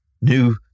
new